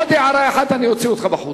עוד הערה אחת, אני אוציא אותך בחוץ.